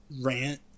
rant